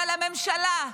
אבל הממשלה,